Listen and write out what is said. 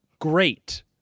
great